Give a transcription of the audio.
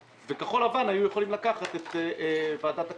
וכחול לבן היו יכולים לקחת את ועדת הכספים,